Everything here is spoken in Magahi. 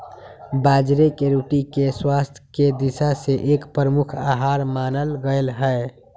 बाजरे के रोटी के स्वास्थ्य के दिशा से एक प्रमुख आहार मानल गयले है